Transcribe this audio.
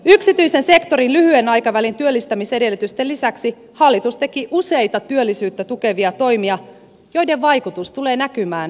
yksityisen sektorin lyhyen aikavälin työllistämisedellytysten lisäksi hallitus teki useita työllisyyttä tukevia toimia joiden vaikutus tulee näkymään pidemmällä aikavälillä